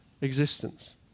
existence